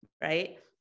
right